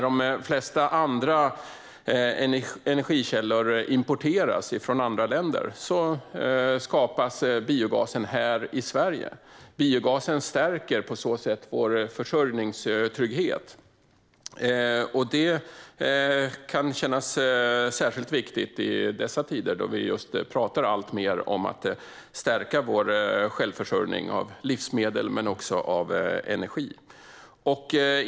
De flesta energikällor importeras från andra länder, men biogasen skapas i Sverige, vilket är bra. Biogasen stärker på så sätt vår försörjningstrygghet, och det känns kanske särskilt viktigt i dessa tider då vi talar alltmer om att stärka vår självförsörjning av både livsmedel och energi.